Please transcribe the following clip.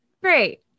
great